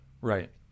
right